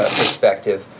perspective